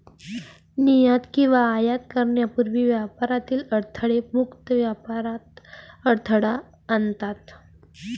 निर्यात किंवा आयात करण्यापूर्वी व्यापारातील अडथळे मुक्त व्यापारात अडथळा आणतात